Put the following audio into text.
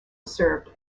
served